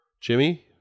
Jimmy